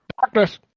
darkness